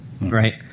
right